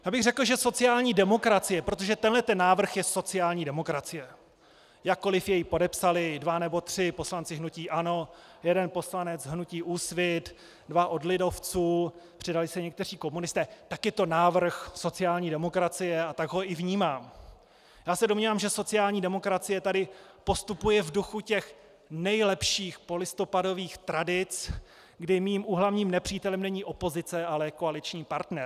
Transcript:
Já bych řekl, že sociální demokracie protože tenhle návrh je sociální demokracie, jakkoliv jej podepsali dva nebo tři poslanci hnutí ANO, jeden poslanec hnutí Úsvit, dva od lidovců, přidali se někteří komunisté, tak je to návrh sociální demokracie a tak ho i vnímám , já se domnívám, že sociální demokracie tady postupuje v duchu nejlepších polistopadových tradic, kdy mým úhlavním nepřítelem není opozice, ale koaliční partner.